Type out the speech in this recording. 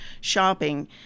shopping